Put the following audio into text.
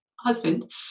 husband